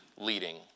Leading